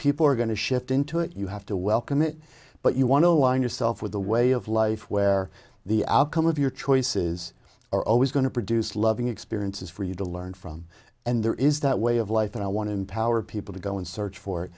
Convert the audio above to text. people are going to shift into it you have to welcome it but you want to align yourself with the way of life where the outcome of your choices are always going to produce loving experiences for you to learn from and there is that way of life and i want to empower people to go and search for it